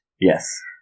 Yes